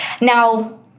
Now